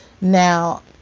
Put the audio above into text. Now